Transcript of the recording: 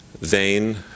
vain